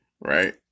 right